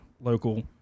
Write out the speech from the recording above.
local